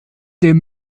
dem